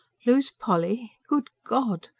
lose polly? good god!